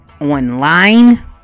online